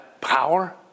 power